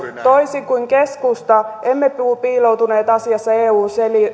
toisin kuin keskusta emme piiloutuneet asiassa eun